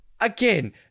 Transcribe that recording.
again